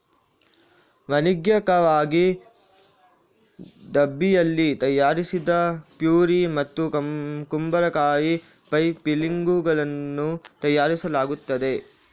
ವಾಣಿಜ್ಯಿಕವಾಗಿ ಡಬ್ಬಿಯಲ್ಲಿ ತಯಾರಿಸಿದ ಪ್ಯೂರಿ ಮತ್ತು ಕುಂಬಳಕಾಯಿ ಪೈ ಫಿಲ್ಲಿಂಗುಗಳನ್ನು ತಯಾರಿಸಲಾಗುತ್ತದೆ